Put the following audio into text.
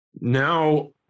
now